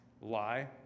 lie